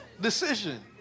Decision